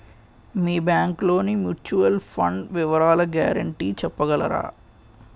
మీ bank లోని mutual fund వివరాల guarantee చెప్పగలరా?